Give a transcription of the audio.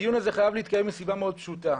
הדיון הזה חייב להתקיים מסיבה מאוד פשוטה,